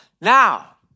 now